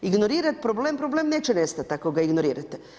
Ignorirat problem, problem neće nestat ako ga ignorirate.